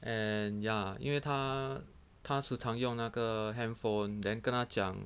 and ya 因为他他时常用那个 handphone then 跟他讲